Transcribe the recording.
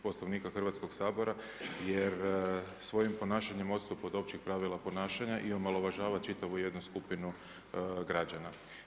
Poslovnika Hrvatskog sabora jer svojim ponašanjem odstupa od općih pravila ponašanja i omalovažava čitavu jednu skupinu građana.